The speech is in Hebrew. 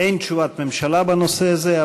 אין תשובת ממשלה בנושא זה,